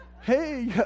hey